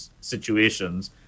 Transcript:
situations